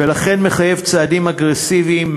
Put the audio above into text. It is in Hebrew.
ולכן מחייב צעדים אגרסיביים,